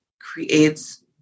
creates